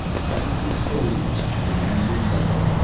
fancy filming at such a nano level